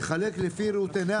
תחלק לפי ראות עיניה,